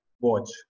watch